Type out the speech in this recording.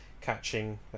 catching